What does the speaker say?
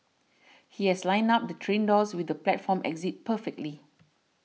he has lined up the train doors with the platform exit perfectly